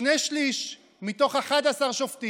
שני שלישים מתוך 11 שופטים,